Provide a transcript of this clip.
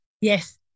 Yes